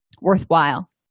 worthwhile